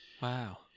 Wow